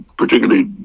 particularly